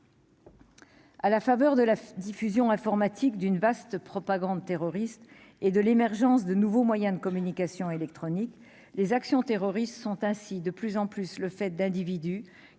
à la faveur de la diffusion informatique d'une vaste propagande terroriste et de l'émergence de nouveaux moyens de communication électronique les actions terroristes sont ainsi de plus en plus le fait d'individus